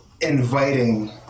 inviting